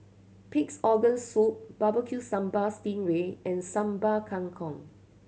Pig's Organ Soup Barbecue Sambal sting ray and Sambal Kangkong